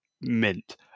mint